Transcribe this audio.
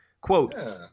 Quote